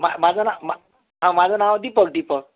मा माझं ना मा हा माझं नाव दीपक दीपक